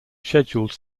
scheduled